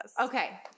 Okay